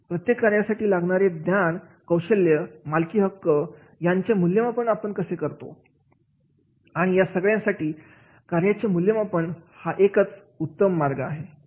प्रत्येक कार्यासाठी लागणारे ज्ञान कौशल्य मालकीहक्क याचे मूल्यमापन आपण कसे करतो आणि या सगळ्यासाठी कार्याचे मूल्यमापन हा एकच उत्तम मार्ग आहे